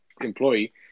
employee